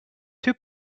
two